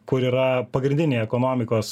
kur yra pagrindiniai ekonomikos